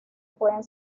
pueden